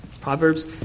Proverbs